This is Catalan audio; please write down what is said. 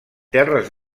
terres